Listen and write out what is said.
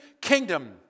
kingdom